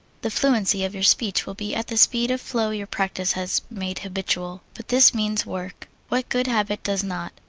the fluency of your speech will be at the speed of flow your practise has made habitual. but this means work. what good habit does not?